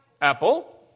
Apple